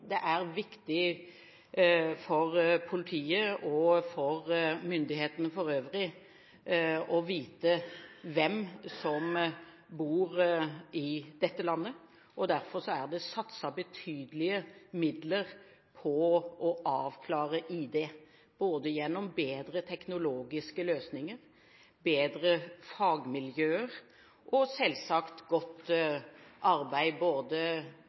Det er viktig for politiet og for myndighetene for øvrig å vite hvem som bor i dette landet. Derfor er det satset betydelige midler på å avklare ID gjennom bedre teknologiske løsninger, bedre fagmiljøer og selvsagt godt arbeid hos både